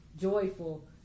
joyful